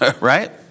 right